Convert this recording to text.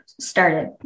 Started